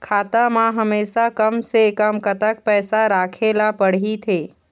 खाता मा हमेशा कम से कम कतक पैसा राखेला पड़ही थे?